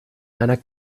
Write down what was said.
einer